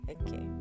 okay